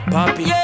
Poppy